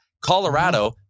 Colorado